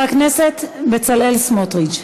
חבר הכנסת בצלאל סמוטריץ,